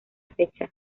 fecha